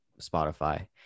Spotify